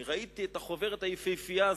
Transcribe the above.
אני ראיתי את החוברת היפהפייה הזאת,